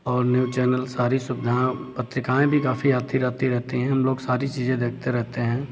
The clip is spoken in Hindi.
और न्यूज़ चैनल सारी सुविधाऍं और पत्रिकाएँ भी काफ़ी आती जाती रहती हैं हम लोग सारी चीज़ें देखते रहते हैं